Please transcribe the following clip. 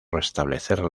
restablecer